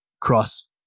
cross